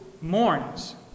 mourns